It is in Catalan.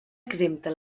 exempta